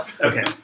Okay